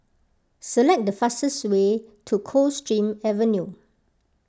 select the fastest way to Coldstream Avenue